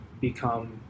become